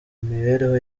mibereho